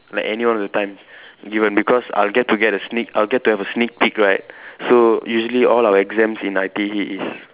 like any one of the time given because I will get to get a sneak I'd get to have a sneak peak right so usually all our exams in I_T_E is